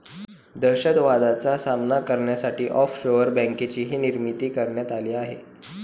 दहशतवादाचा सामना करण्यासाठी ऑफशोअर बँकेचीही निर्मिती करण्यात आली आहे